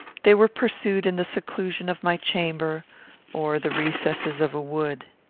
they were pursued in the seclusion of my chamber or the recesses of a wood.